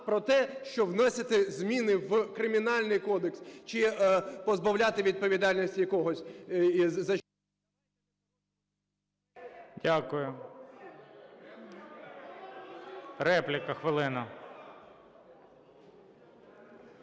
про те, що вносити зміни в Кримінальний кодекс чи позбавляти відповідальності когось... ГОЛОВУЮЧИЙ. Дякую. Репліка – хвилину.